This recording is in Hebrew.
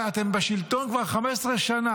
אתם בשלטון כבר 15 שנה,